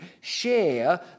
share